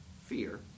fear